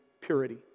purity